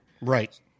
Right